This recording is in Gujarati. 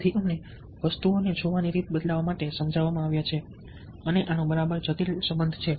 તેથી અમને વસ્તુઓને જોવાની રીત બદલવા માટે સમજાવવામાં આવ્યા છે અને આનો બરાબર જટિલ સંબંધ છે